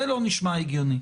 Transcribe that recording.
זה לא נשמע הגיוני.